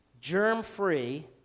germ-free